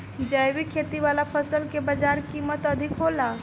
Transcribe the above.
जैविक खेती वाला फसल के बाजार कीमत अधिक होला